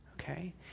Okay